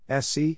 sc